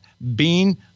Bean